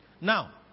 Now